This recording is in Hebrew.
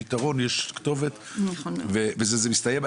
יש פתרון ובזה זה מסתיים.